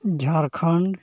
Jharkhand